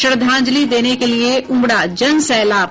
श्रद्धांजलि देने के लिये उमड़ा जन सैलाब